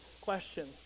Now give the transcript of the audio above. question